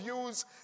views